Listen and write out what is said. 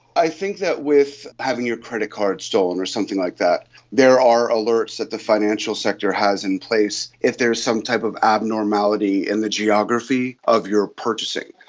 i think that with having your credit card stolen or something like that there are alerts that the financial sector has in place if there is some type of abnormality in the geography of your purchasing.